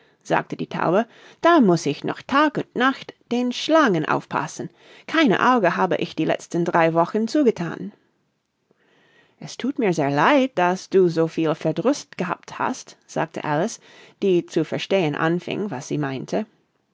sagte die taube da muß ich noch tag und nacht den schlangen aufpassen kein auge habe ich die letzten drei wochen zugethan es thut mir sehr leid daß du so viel verdruß gehabt hast sagte alice die zu verstehen anfing was sie meinte